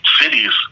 cities